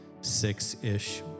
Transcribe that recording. six-ish